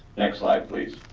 next slide, please.